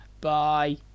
Bye